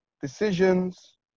decisions